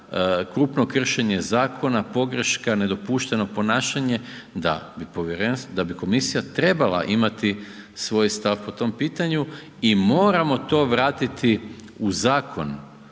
krupno kršenje zakona, pogreška, nedopušteno ponašanje da bi povjerenstvo, da bi komisija trebala imati svoj stav po tom pitanju i moramo to vratiti u zakon